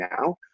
now